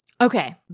Okay